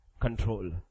control